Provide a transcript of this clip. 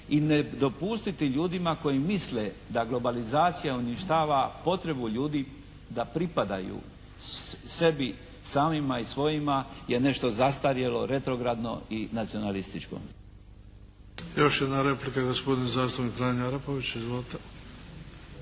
i ne dopustiti ljudima koji misle da globalizacija uništava potrebu ljudi da pripadaju sebi samima i svojima je nešto zastarjelo, retrogradno i nacinalističko. **Bebić, Luka (HDZ)** Još jedna replika, gospodin zastupnik Franjo Arapović. Izvolite.